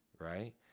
right